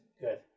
Good